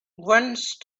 once